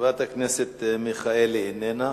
חברת הכנסת מיכאלי, איננה.